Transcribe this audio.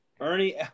Ernie